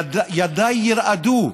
ידיי ירעדו,